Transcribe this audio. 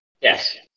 Yes